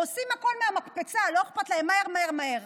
עושים הכול מהמקפצה, לא אכפת להם, מהר, מהר, מהר.